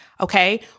Okay